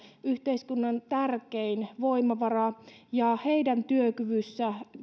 yhteiskunnan tärkein voimavara ja heidän työkyvystään